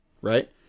Right